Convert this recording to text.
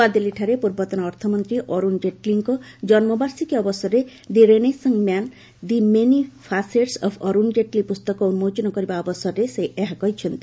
ନୂଆଦିଲ୍ଲୀଠାରେ ପୂର୍ବତନ ଅର୍ଥମନ୍ତ୍ରୀ ଅରୁଣ ଜେଟ୍ଲୀଙ୍କ ଜନ୍ମବାର୍ଷିକୀ ଅବସରରେ 'the renaissance man the many facets of Arun Jaitley' ପୁସ୍ତକ ଉନ୍ମୋଚନ କରିବା ଅବସରରେ ଏହା କହିଛନ୍ତି